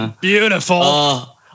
beautiful